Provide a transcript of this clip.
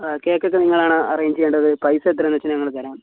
cake ഒക്കെ നിങ്ങളാണ് arrange ചെയ്യേണ്ടത് പൈസ എത്രയാണെന്ന് വെച്ചാൽ ഞങ്ങൾ തരാം